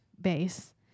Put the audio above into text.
base